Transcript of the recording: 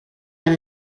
and